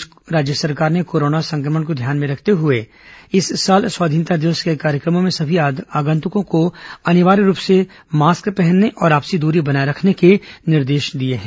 इस बीच राज्य सरकार ने कोरोना संक्रमण को ध्यान में रखते हुए इस साल स्वाधीनता दिवस के कार्यक्रमों में समी आगंतुको को अनिवार्य रूप से मास्क पहनने और आपसी दूरी बनाए रखने के निर्देश दिए हैं